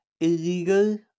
Illegal